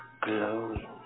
glowing